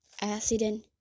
accident